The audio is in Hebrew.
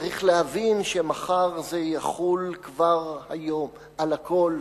צריך להבין שמחר זה יחול כבר על הכול.